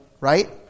Right